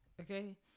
okay